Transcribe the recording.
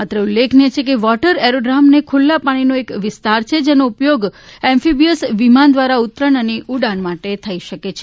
અત્રે ઉલ્લેખનીય છે કે વોટર એરોડ્રોમએ ખુલ્લા પાણીનો એક વિસ્તાર છે જેનો ઉપયોગ એમ્ફીબીયસ વિમાન દ્વારા ઉતરાણ અને ઉડાણ માટે થઈ શકે છે